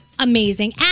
amazing